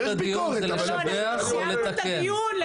סיימנו את הדיון.